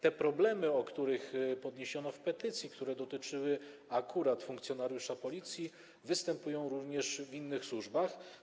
Te problemy, które podniesiono w petycji, a które dotyczyły akurat funkcjonariusza Policji, występują również w innych służbach.